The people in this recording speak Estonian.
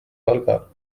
valga